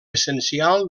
essencial